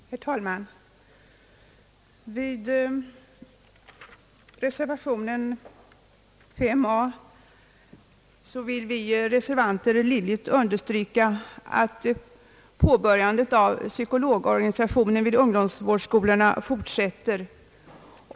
Herr talman! I reservationen a understryks livligt att den påbörjade utbyggnaden av psykologorganisationen inom ungdomsvårdsskolorna bör fortsättas.